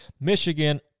Michigan